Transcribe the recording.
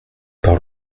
par